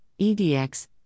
EDX